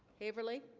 haverly